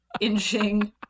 inching